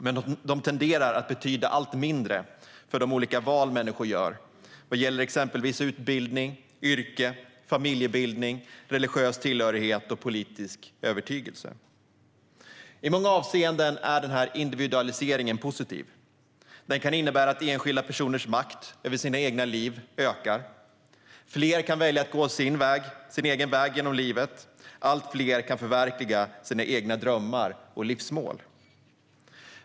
Men de tenderar att betyda allt mindre för de olika val människor gör vad gäller exempelvis utbildning, yrke, familjebildning, religiös tillhörighet och politisk övertygelse. I många avseenden är individualiseringen positiv. Den kan innebära att enskilda personers makt över sina egna liv ökar. Fler kan välja att gå sin egen väg genom livet. Allt fler kan förverkliga sina drömmar och livsmål.